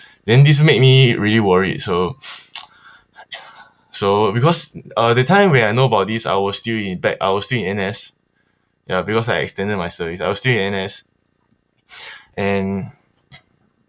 then this make me really worried so so because uh that time when I know about this I was still in back I was still in N_S ya because I extended my service I was still in N_S and